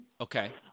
Okay